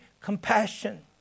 compassion